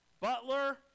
butler